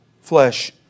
flesh